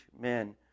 men